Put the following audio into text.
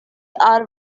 are